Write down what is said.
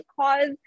cause